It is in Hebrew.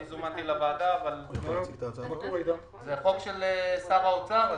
אני זומנתי לוועדה וזה חוק של שר האוצר.